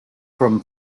from